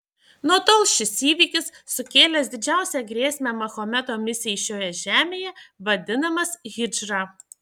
nuo tol šis įvykis sukėlęs didžiausią grėsmę mahometo misijai šioje žemėje vadinamas hidžra